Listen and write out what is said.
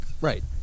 Right